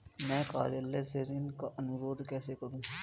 मैं कार्यालय से ऋण का अनुरोध कैसे करूँ?